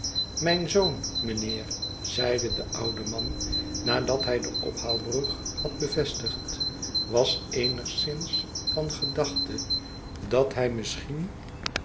mijn zoon mijnheer zeide de oude man nadat hij de ophaalbrug had bevestigd was eenigszins van gedachte dat hij misschien